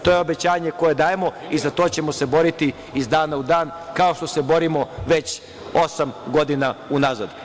To je obećanje koje dajemo i za to ćemo se boriti iz dana u dan, kao što se borimo već osam godina unazad.